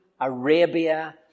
Arabia